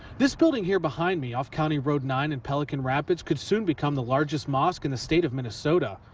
this building here behind me off county road nine in pelican rapids could soon become the largest mosque in the state of minnesota.